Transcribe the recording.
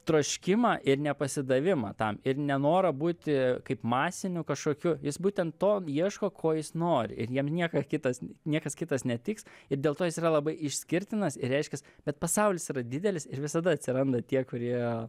troškimą ir nepasidavimą tam ir nenorą būti kaip masiniu kažkokiu jis būtent to ieško ko jis nori ir jam nieka kitas niekas kitas netiks ir dėl to jis yra labai išskirtinas ir reiškias bet pasaulis yra didelis ir visada atsiranda tie kurie